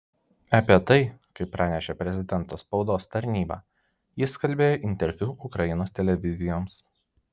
apie tai kaip pranešė prezidento spaudos tarnyba jis kalbėjo interviu ukrainos televizijoms